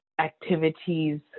activities